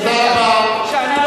תודה רבה.